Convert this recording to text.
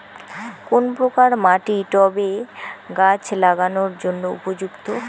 কোন প্রকার মাটি টবে গাছ লাগানোর জন্য উপযুক্ত?